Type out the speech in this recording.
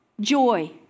joy